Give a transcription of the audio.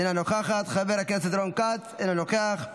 אינה נוכחת, חבר הכנסת רון כץ, אינו נוכח,